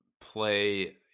play